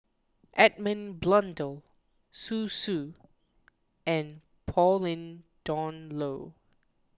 Edmund Blundell Zhu Xu and Pauline Dawn Loh